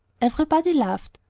everybody laughed.